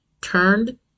turned